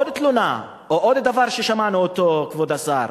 עוד תלונה או עוד דבר ששמענו, כבוד השר,